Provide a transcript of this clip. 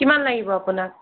কিমান লাগিব আপোনাক